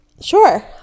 Sure